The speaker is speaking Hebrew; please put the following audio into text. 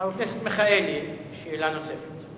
חבר הכנסת מיכאלי, שאלה נוספת.